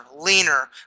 leaner